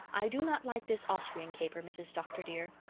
i do not like this austrian caper, mrs. dr. dear.